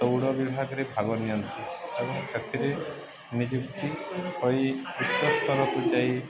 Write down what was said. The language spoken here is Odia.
ଦୌଡ଼ ବିଭାଗରେ ଭାଗ ନିଅନ୍ତି ଏବଂ ସେଥିରେ ନିଯୁକ୍ତି ହୋଇ ଉଚ୍ଚ ସ୍ତରକୁ ଯାଇ